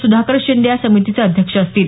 सुधाकर शिंदे या समितीचे अध्यक्ष असतील